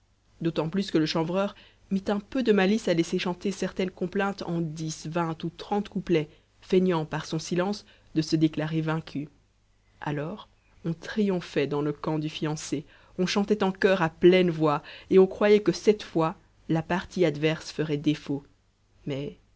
d'autant plus que le chanvreur mit un peu de malice à laisser chanter certaines complaintes en dix vingt ou trente couplets feignant par son silence de se déclarer vaincu alors on triomphait dans le camp du fiancé on chantait en chur à pleine voix et on croyait que cette fois la partie adverse ferait défaut mais